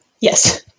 Yes